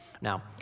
Now